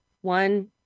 One